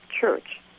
Church